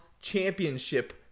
championship